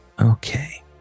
Okay